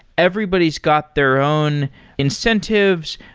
everybody's got their own incentives,